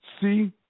See